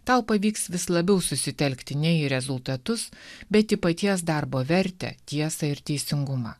tau pavyks vis labiau susitelkti ne į rezultatus bet į paties darbo vertę tiesą ir teisingumą